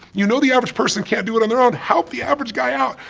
you know the average person can't do it on their own. help the average guy out!